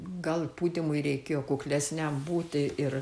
gal pūdymui reikėjo kuklesniam būti ir